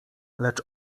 lecz